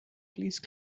please